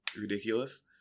ridiculous